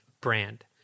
brand